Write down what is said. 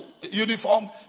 uniform